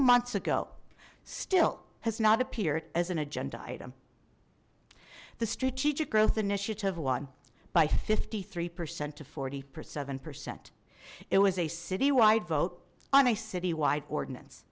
months ago still has not appeared as an agenda item the strategic growth initiative won by fifty three percent to forty four seven percent it was a citywide vote on a citywide ordinance